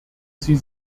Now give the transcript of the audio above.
sie